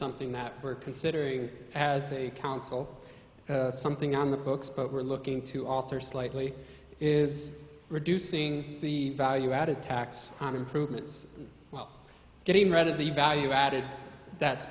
something that we're considering as a council something on the books but we're looking to alter slightly is reducing the value added tax on improvements getting rid of the value added that